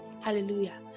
hallelujah